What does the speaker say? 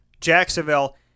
Jacksonville